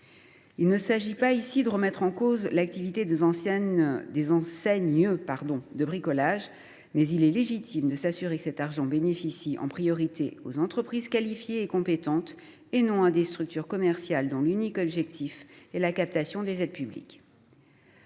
Il ne s’agit pas ici de remettre en cause l’activité des enseignes de bricolage, mais il est légitime de s’assurer que les aides bénéficient en priorité aux entreprises qualifiées et compétentes et non à des structures commerciales, dont l’unique objectif est de capter les aides publiques.